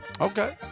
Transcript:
Okay